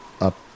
up